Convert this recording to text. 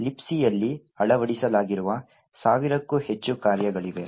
Libcಯಲ್ಲಿ ಅಳವಡಿಸಲಾಗಿರುವ ಸಾವಿರಕ್ಕೂ ಹೆಚ್ಚು ಕಾರ್ಯಗಳಿವೆ